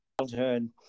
childhood